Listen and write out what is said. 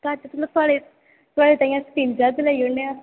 ते थुआढ़े कन्नै तीन ज्हार दी करी ओड़ने आं